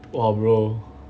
!wah! bro